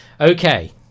okay